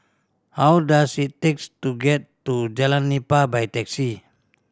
how does it takes to get to Jalan Nipah by taxi